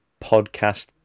podcast